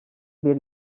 bir